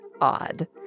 odd